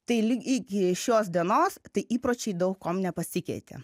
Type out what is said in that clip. tai lig iki šios dienos tai įpročiai daug kuom nepasikeitė